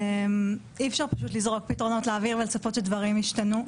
אי אפשר פשוט לזרוק פתרונות לאוויר ולצפות שדברים ישתנו.